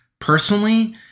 Personally